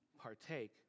partake